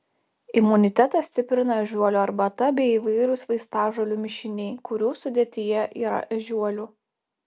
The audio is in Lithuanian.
imunitetą stiprina ežiuolių arbata bei įvairūs vaistažolių mišiniai kurių sudėtyje yra ežiuolių